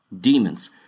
demons